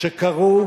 שקרו